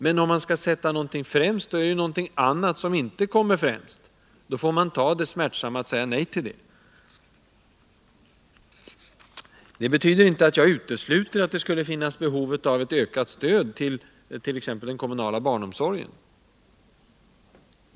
Men om man skall sätta någonting främst, är det något annat som inte kommer främst. Då får man ta den smärtsamma åtgärden att säga nej till det. Det betyder inte att jag utesluter, att det skulle finnas behov av ett ökat stöd till t.ex. den kommunala barnomsorgen.